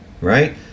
right